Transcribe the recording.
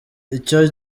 icyo